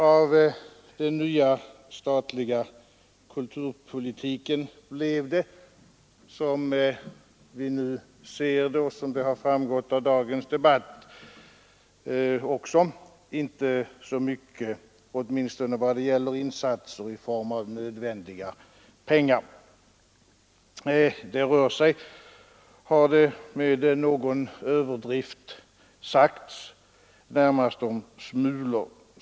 Av den nya statliga kulturpolitiken blev det, som vi nu ser och som det har framgått av dagens debatt, inte så mycket, åtminstone vad gäller insatser i form av nödvändiga pengar. Det rör sig — har det med någon överdrift sagts — närmast om smulor.